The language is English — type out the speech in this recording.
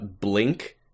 blink